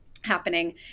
happening